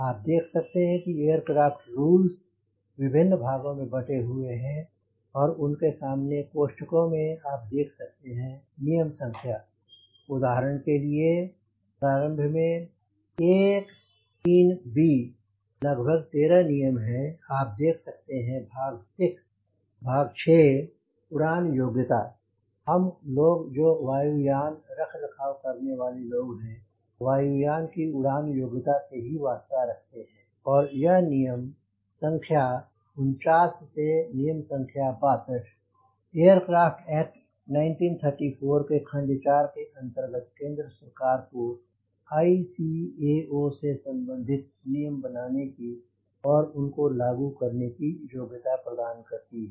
आप देख सकते हैं एयरक्राफ़्ट रूल्स विभिन्न भागों में बैठे हुए हैं और उनके सामने पोस्ट को में आप देख सकते हैं नियम संख्या उदाहरण के लिए प्रारम्भ में 1 3 B लगभग 13 नियम है आप देख सकते हैं भाग 6 उड़ान योग्यता हम लोग जो वायु यानरखरखाव करने वाले लोग हैं वायु यान की उड़ान योग्यता से ही वास्ता रखते हैं और यह नियम नियम संख्या 49 से नियम संख्या 62 एयरक्राफ़्ट एक्ट 1934 के खंड 4 के अंतर्गत केंद्र सरकार को ICAO से संबंधित नियम बनाने की और उन को लागू करने की योग्यता प्रदान करती है